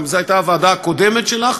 זו גם הייתה הוועדה הקודמת שלך,